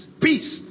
Peace